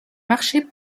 marcher